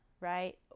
right